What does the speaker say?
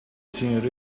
seen